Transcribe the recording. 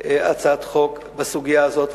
הצעת חוק בסוגיה הזאת,